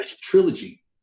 trilogy